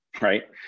right